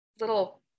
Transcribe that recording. little